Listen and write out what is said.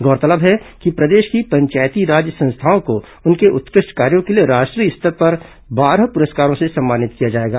गौरतलब है कि प्रदेश की पंचायती राज संस्थाओं को उनके उत्कृष्ट कार्यो के लिए राष्ट्रीय स्तर के बारह पुरस्कारों से सम्मानित किया जाएगा